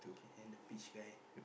and the peach guy